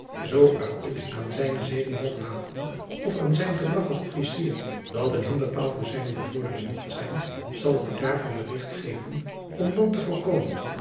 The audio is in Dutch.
zoo er iets aan zijne zeden mogt haperen of aan zijn gedrag als officier dat een hinderpaal voor zijne bevordering mogt zijn zal ik u daarvan berigt geven om dan te voorkomen